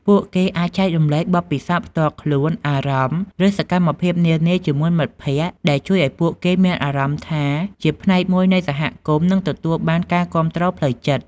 ពួកគេអាចចែករំលែកបទពិសោធន៍ផ្ទាល់ខ្លួន អារម្មណ៍ ឬសកម្មភាពនានាជាមួយមិត្តភក្តិ ដែលជួយឱ្យពួកគេមានអារម្មណ៍ថាជាផ្នែកមួយនៃសហគមន៍ និងទទួលបានការគាំទ្រផ្លូវចិត្ត។